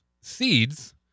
seeds